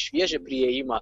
šviežią priėjimą